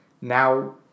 now